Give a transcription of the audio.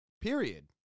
period